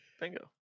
Bingo